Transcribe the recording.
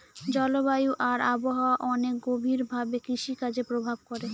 জলবায়ু আর আবহাওয়া অনেক গভীর ভাবে কৃষিকাজে প্রভাব করে